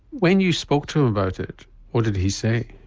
when you spoke to him about it what did he say?